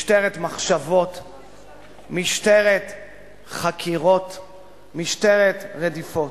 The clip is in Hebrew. משטרת מחשבות, משטרת חקירות, משטרת רדיפות.